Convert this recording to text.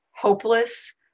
hopeless